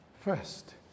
First